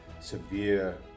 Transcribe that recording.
severe